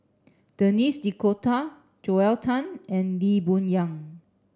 Denis D'Cotta Joel Tan and Lee Boon Yang